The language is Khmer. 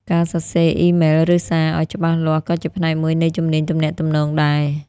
ការសរសេរអ៊ីមែល ឬសារឲ្យច្បាស់លាស់ក៏ជាផ្នែកមួយនៃជំនាញទំនាក់ទំនងដែរ។